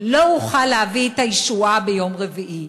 לא אוכל להביא את הישועה ביום רביעי.